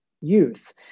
youth